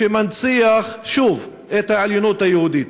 שמנציח שוב את העליונות היהודית.